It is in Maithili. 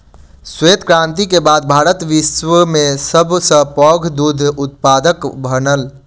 श्वेत क्रांति के बाद भारत विश्व में सब सॅ पैघ दूध उत्पादक बनल